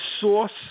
source